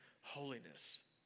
holiness